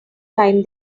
time